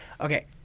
Okay